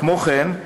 כמו כן,